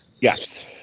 Yes